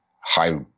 high